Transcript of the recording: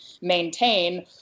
maintain